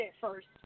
first